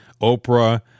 Oprah